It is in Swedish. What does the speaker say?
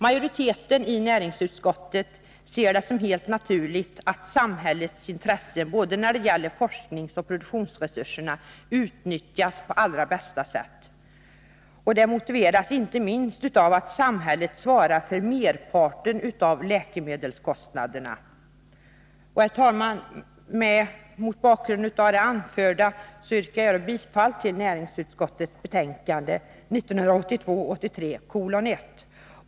Majoriteten i näringsutskottet ser det som helt naturligt att samhällets intressen när det gäller både forskningsoch produktionsresurserna utnyttjas på allra bästa sätt. Det motiveras inte minst av att samhället svarar för merparten av läkemedelskostnaderna. Herr talman! Mot bakgrund av det anförda yrkar jag bifall till hemställan i näringsutskottets betänkande 1982/83:1.